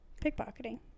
pickpocketing